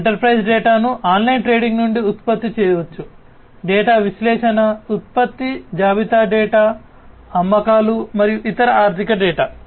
enterprise డేటాను online trading నుండి ఉత్పత్తి చేయవచ్చుడేటా విశ్లేషణ ఉత్పత్తి జాబితా డేటా మరియు ఇతర ఆర్థిక డేటా